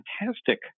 fantastic